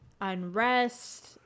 unrest